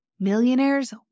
Millionaires